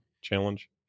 challenge